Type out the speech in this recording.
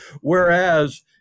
Whereas